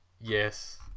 Yes